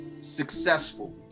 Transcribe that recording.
successful